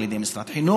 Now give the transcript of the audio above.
על ידי משרד החינוך,